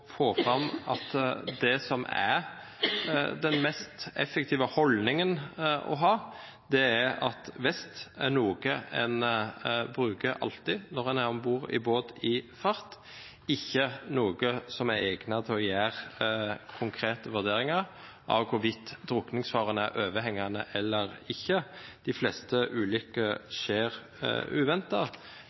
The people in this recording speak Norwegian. få fram at det som er den mest effektive holdningen å ha, er at vest er noe en alltid bruker når en er om bord i båt i fart, og det er ikke egnet til å gjøre en konkret vurdering av hvorvidt drukningsfaren er overhengende eller ikke. De fleste ulykker skjer